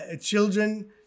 children